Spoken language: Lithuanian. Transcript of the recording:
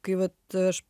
kai vat aš